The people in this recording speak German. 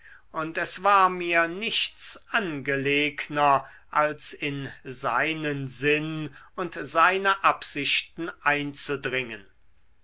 und es war mir nichts angelegner als in seinen sinn und seine absichten einzudringen